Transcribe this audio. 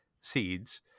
seeds